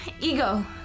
Ego